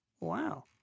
Wow